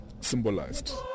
symbolized